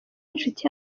inshuti